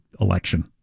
election